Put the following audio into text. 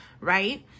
right